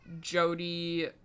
Jody